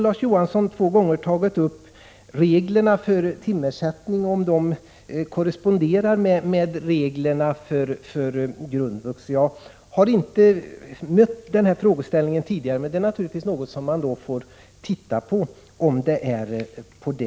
Larz Johansson har två gånger tagit upp frågan om huruvida reglerna för timersättning korresponderar med reglerna för grundvux. Jag har inte mött denna frågeställning tidigare. Det är naturligtvis något man får se över, om det är så.